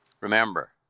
Remember